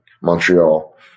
Montreal